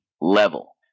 level